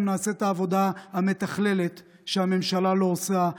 גם נעשה את העבודה המתכללת שהממשלה לא עושה.